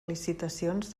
licitacions